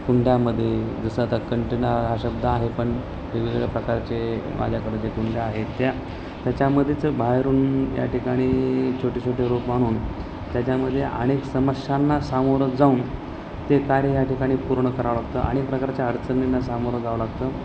कुंड्यामध्ये जसं आता कंटेनर हा शब्द आहे पण वेगवेगळ्या प्रकारचे माझ्याकडे ज्या कुंड्या आहेत त्या त्याच्यामध्येच बाहेरून याठिकाणी छोटे छोटे रोप आणून त्याच्यामध्ये अनेक समस्यांना सामोरं जाऊन ते कार्य या ठिकाणी पूर्ण करावं लागतं अनेक प्रकारच्या अडचणींना सामोरं जावं लागतं